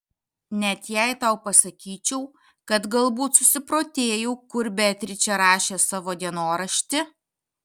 net jei tau pasakyčiau kad galbūt susiprotėjau kur beatričė rašė savo dienoraštį